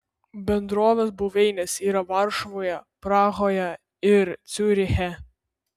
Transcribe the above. bendrovės buveinės yra varšuvoje prahoje ir ciuriche